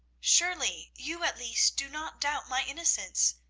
surely you at least do not doubt my innocence.